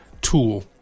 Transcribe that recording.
tool